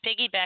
piggyback